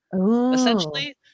essentially